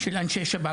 מאנשי השב״כ.